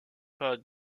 pas